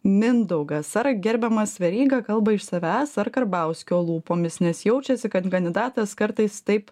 mindaugas ar gerbiamas veryga kalba iš savęs ar karbauskio lūpomis nes jaučiasi kad kandidatas kartais taip